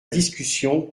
discussion